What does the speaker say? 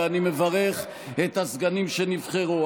ואני מברך את הסגנים שהתקבלו.